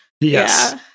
Yes